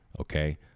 Okay